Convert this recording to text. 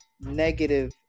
negative